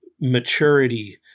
maturity